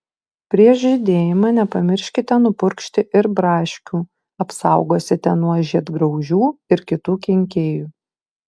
prieš žydėjimą nepamirškite nupurkšti ir braškių apsaugosite nuo žiedgraužių ir kitų kenkėjų